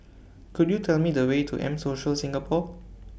Could YOU Tell Me The Way to M Social Singapore